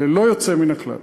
ללא יוצא מן הכלל.